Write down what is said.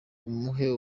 umuhe